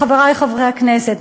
חברי חברי הכנסת,